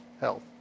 health